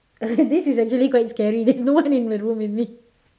this is actually quite scary there's no one in the room with me